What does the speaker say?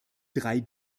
drei